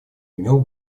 имел